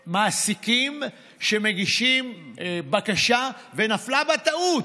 כנגד מעסיקים שמגישים בקשה ונפלה בה טעות.